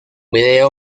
vídeo